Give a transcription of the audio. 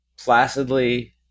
placidly